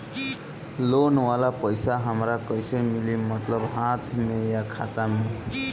Loan वाला पैसा हमरा कइसे मिली मतलब हाथ में या खाता में?